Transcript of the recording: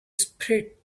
spread